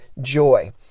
joy